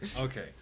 Okay